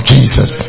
Jesus